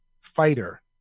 fighter